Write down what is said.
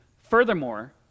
Furthermore